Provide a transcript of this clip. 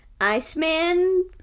Iceman